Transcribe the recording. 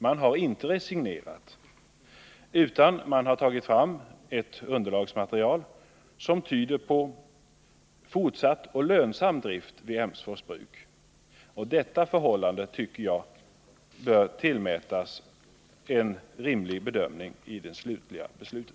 Man har inte resignerat, utan man har tagit fram ett underlagsmaterial som tyder på fortsatt och lönsam drift vid Emsfors bruk, och detta förhållande tycker jag bör tillmätas rimlig vikt vid bedömningen inför det slutliga beslutet.